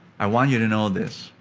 i want you to know this.